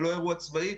זה לא אירוע צבאי.